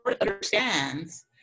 understands